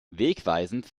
wegweisend